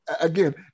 again